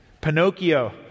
Pinocchio